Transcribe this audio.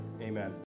Amen